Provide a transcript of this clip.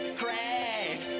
crash